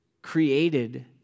created